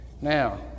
Now